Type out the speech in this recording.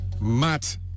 Matt